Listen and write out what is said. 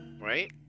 right